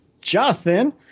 Jonathan